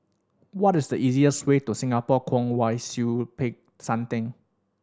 what is the easiest way to Singapore Kwong Wai Siew Peck San Theng